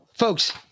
Folks